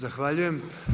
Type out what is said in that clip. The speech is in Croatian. Zahvaljujem.